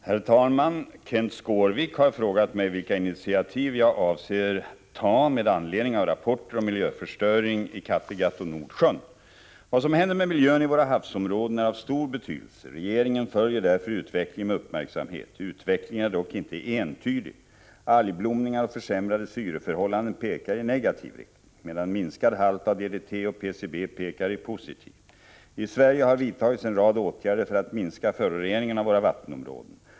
Herr talman! Kenth Skårvik har frågat mig vilka initiativ jag avser ta med anledning av rapporter om miljöförstöring i Kattegatt och Nordsjön. Vad som händer med miljön i våra havsområden är av stor betydelse. Regeringen följer därför utvecklingen med uppmärksamhet. Utvecklingen är dock inte entydig. Algblomningar och försämrade syreförhållanden pekar i negativ riktning, medan minskad halt av DDT och PCB pekar i positiv. I Sverige har vidtagits en rad åtgärder för att minska föroreningen av våra vattenområden.